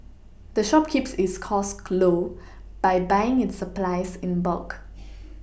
the shop keeps its costs low by buying its supplies in bulk